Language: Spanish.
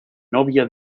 novia